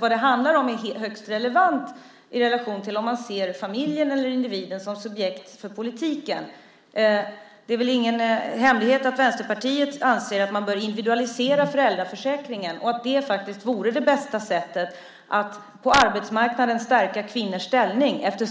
Vad det handlar om är högst relevant i relation till om man ser familjen eller individen som subjekt för politiken. Det är väl ingen hemlighet att Vänsterpartiet anser att man bör individualisera föräldraförsäkringen och att det vore det bästa sättet att stärka kvinnors ställning på arbetsmarknaden.